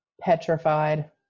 Petrified